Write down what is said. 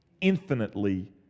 infinitely